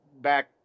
back